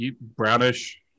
brownish